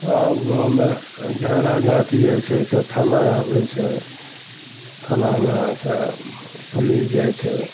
गाममे झगड़ा झाँटी होइ छै तऽ थाना आबै छै थानामेसे पुलिस जाइ छै